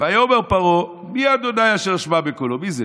"ויאמר פרעה מי ה' אשר אשמע בקלו" מי זה?